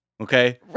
okay